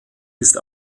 ist